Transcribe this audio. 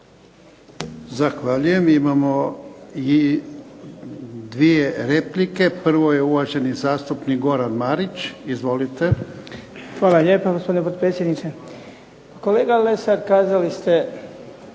Zahvaljujem. Imamo i dvije replike. Prvo je uvaženi zastupnik Goran Marić. Izvolite. **Marić, Goran (HDZ)** Hvala lijepa gospodine potpredsjedniče. Kolega Lesar, kazali ste